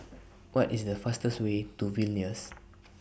What IS The fastest Way to Vilnius